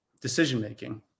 decision-making